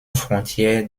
frontière